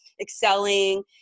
excelling